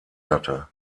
hatte